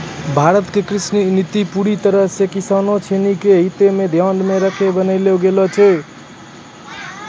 भारत के कृषि नीति पूरी तरह सॅ किसानों सिनि के हित क ध्यान मॅ रखी क बनैलो गेलो छै